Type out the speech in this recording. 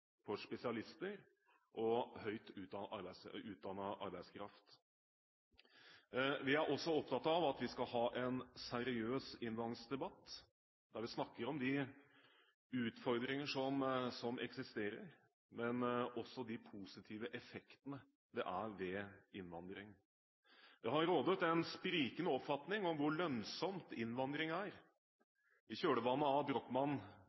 for spesialister og høyt utdannet arbeidskraft. Vi er også opptatt av at vi skal ha en seriøs innvandringsdebatt, der vi snakker om de utfordringer som eksisterer, men også om de positive effektene ved innvandring. Det har rådet en sprikende oppfatning av hvor lønnsomt innvandring er. I kjølvannet av